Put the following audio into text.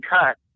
cut